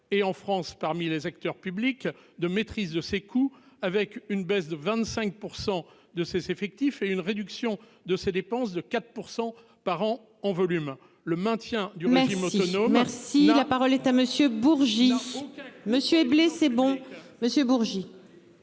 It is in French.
et en France, parmi les acteurs publics de maîtrise de ses coûts avec une baisse de 25% de ses effectifs et une réduction de ses dépenses de 4% par an on volume le maintien du podium autonome. Si la parole